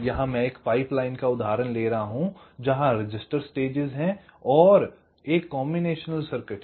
यहां मैं एक पाइपलाइन का उदाहरण ले रहा हूँ जहां रजिस्टर स्टेज हैं और एक कॉम्बिनेशन सर्किट है